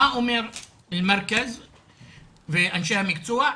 מה אומר המרכז ואנשי המקצוע?